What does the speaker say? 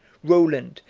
roland,